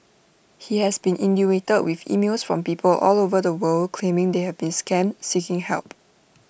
he has been inundated with emails from people all over the world claiming they have been scammed seeking help